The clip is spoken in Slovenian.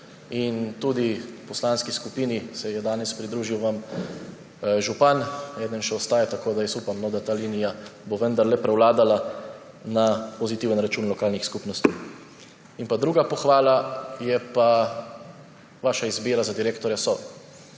Tudi v poslanski skupini se vam je danes pridružil župan, eden še ostaja, tako da upam, da bo ta linija vendarle prevladala na pozitiven račun lokalnih skupnosti. Druga pohvala je pa vaša izbira za direktorja Sove.